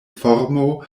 formo